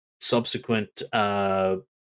Subsequent